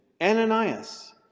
Ananias